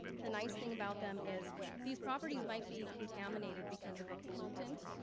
the nice thing about them is these properties might be contaminated because of a pollutant,